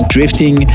Drifting